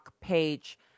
Page